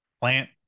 plant